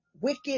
wicked